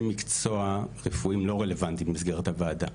מקצוע רפואיים לא רלוונטיים במסגרת הוועדה,